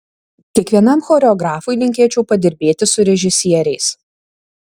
kiekvienam choreografui linkėčiau padirbėti su režisieriais